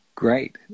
great